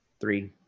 Three